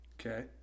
Okay